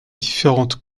différentes